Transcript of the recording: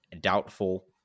doubtful